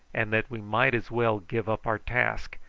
and that we might as well give up our task,